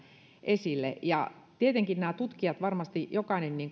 esille tietenkin nämä tutkijat varmasti jokainen